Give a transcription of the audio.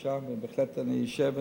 אני אישרתי לה פגישה,